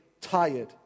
tired